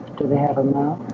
did they have? they're